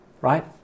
Right